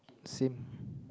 same